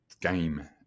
game